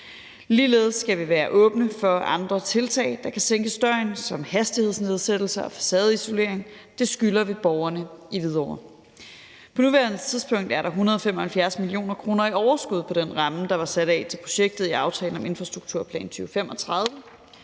Ligeledes skal vi være åbne for andre tiltag, der kan sænke støjen, som hastighedsnedsættelser og facadeisolering. Det skylder vi borgerne i Hvidovre. På nuværende tidspunkt er der 175 mio. kr. i overskud fra den ramme, der var sat af til projektet i »Aftale om Infrastrukturplan 2035«.